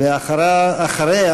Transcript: אחריה,